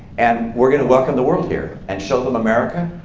and we're going to welcome the world here. and show them america,